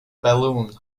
balloon